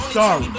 sorry